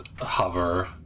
hover